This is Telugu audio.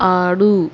ఆడు